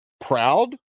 proud